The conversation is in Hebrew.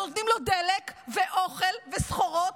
אנחנו נותנים לו דלק ואוכל וסחורות,